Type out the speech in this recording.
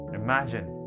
imagine